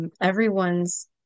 Everyone's